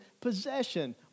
possession